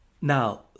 Now